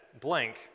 blank